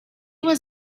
was